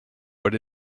but